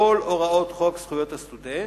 כל הוראות חוק זכויות הסטודנט,